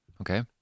Okay